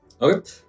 Okay